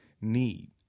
need